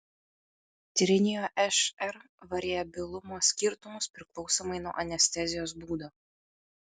tyrinėjo šr variabilumo skirtumus priklausomai nuo anestezijos būdo